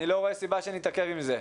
אני לא רואה סיבה שנתעכב עם זה.